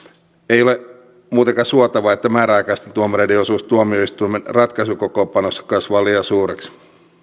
ei ole muutenkaan suotavaa että määräaikaisten tuomareiden osuus tuomioistuimen ratkaisukokoonpanossa kasvaa liian suureksi